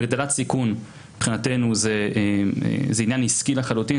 הגדלת סיכון מבחינתנו זה עניין עסקי לחלוטין,